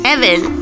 Evan